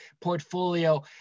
portfolio